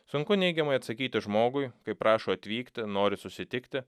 sunku neigiamai atsakyti žmogui kai prašo atvykti nori susitikti